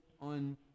on